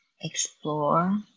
explore